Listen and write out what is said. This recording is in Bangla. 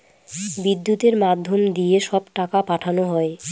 বিদ্যুতের মাধ্যম দিয়ে সব টাকা পাঠানো হয়